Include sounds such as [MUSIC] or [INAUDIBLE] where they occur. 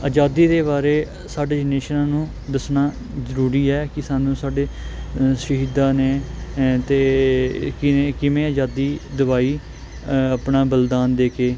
ਆਜ਼ਾਦੀ ਦੇ ਬਾਰੇ ਸਾਡੇ ਜਨਰੇਸ਼ਨਾਂ ਨੂੰ ਦੱਸਣਾ ਜ਼ਰੂਰੀ ਹੈ ਕਿ ਸਾਨੂੰ ਸਾਡੇ ਅ ਸ਼ਹੀਦਾਂ ਨੇ ਤੇ [UNINTELLIGIBLE] ਕਿ ਕਿਵੇਂ ਆਜ਼ਾਦੀ ਦਿਵਾਈ ਆਪਣਾ ਬਲੀਦਾਨ ਦੇ ਕੇ